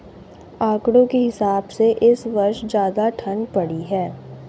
आंकड़ों के हिसाब से इस वर्ष ज्यादा ठण्ड पड़ी है